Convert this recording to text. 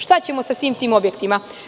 Šta ćemo sa svim tim objektima?